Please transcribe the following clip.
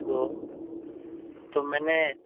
تو تو میں نے